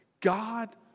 God